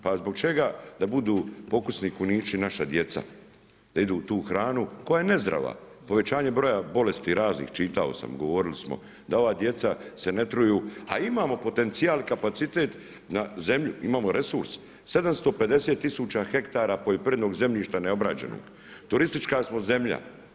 Pa zbog čega da budu pokusni kunići naša djeca, da jedu tu hranu koja je nezdrava, povećanje broja bolesti, raznih, čitao sam, govorili smo da ova djeca se ne truju, a imamo potencijal i kapacitet na zemlju, imamo resurs, 750000 hektara poljoprivrednog zemljišta neobrađeno, turistička smo zemlja.